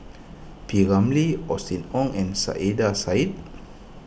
P Ramlee Austen Ong and Saiedah Said